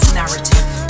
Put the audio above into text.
narrative